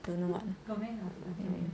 don't know what